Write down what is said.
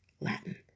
Latin